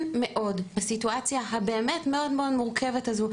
מאוד בסיטואציה הבאמת מאוד מורכבת הזו,